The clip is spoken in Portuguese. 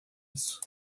isso